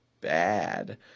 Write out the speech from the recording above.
bad